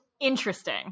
Interesting